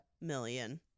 Million